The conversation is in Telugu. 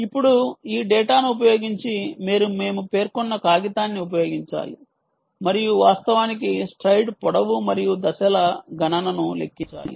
ఇప్పుడు ఈ డేటాను ఉపయోగించి మీరు మేము పేర్కొన్న కాగితాన్ని ఉపయోగించాలి మరియు వాస్తవానికి స్ట్రైడ్ పొడవు మరియు దశల గణనను లెక్కించాలి